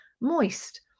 moist